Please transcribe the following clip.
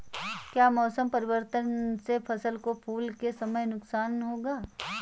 क्या मौसम परिवर्तन से फसल को फूल के समय नुकसान होगा?